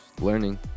learning